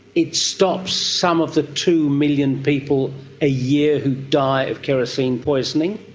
it stops some of the two million people a year who die of kerosene poisoning,